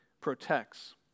protects